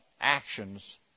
actions